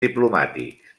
diplomàtics